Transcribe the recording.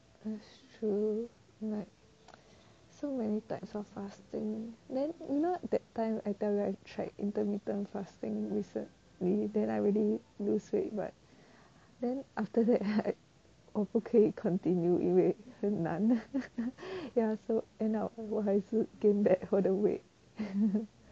um true like so many types of fasting then you know that time I tell you I tried intermittent fasting recently then I really lose weight [what] then after that like 我不可以 continue 因为很难 ya so end up 我还是 gain back 我的 weight